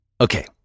Okay